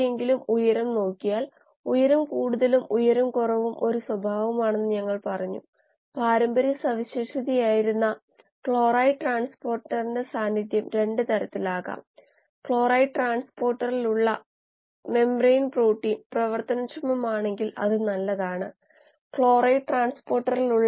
അതിനാൽ കാഥോഡ് പ്ലാറ്റിനമാണ് ആനോഡ് വെള്ളിയാണ് പിന്നെ കൂടുതൽ മുന്നോട്ട് പോകുമ്പോൾ